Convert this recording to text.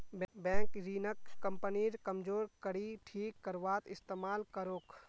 bank ऋणक कंपनीर कमजोर कड़ी ठीक करवात इस्तमाल करोक